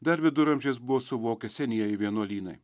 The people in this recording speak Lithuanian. dar viduramžiais buvo suvokę senieji vienuolynai